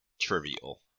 trivial